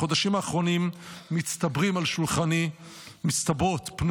בחודשים האחרונים מצטברות על שולחני פניות